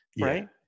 Right